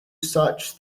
such